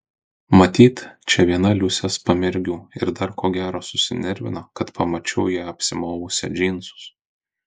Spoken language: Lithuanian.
matyt čia viena liusės pamergių ir dar ko gero susinervino kad pamačiau ją apsimovusią džinsus